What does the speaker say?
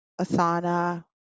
Asana